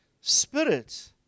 spirit